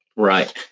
Right